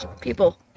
people